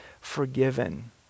forgiven